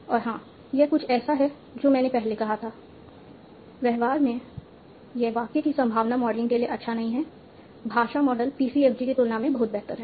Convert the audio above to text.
और हाँ यह कुछ ऐसा है जो मैंने पहले कहा था व्यवहार में यह वाक्य की संभावना मॉडलिंग के लिए अच्छा नहीं है भाषा मॉडल PCFG की तुलना में बहुत बेहतर है